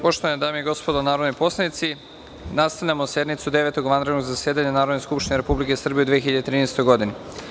Poštovane dame i gospodo narodni poslanici, nastavljamo sednicu Devetog vanrednog zasedanja Narodne skupštine Republike Srbije u 2013. godini.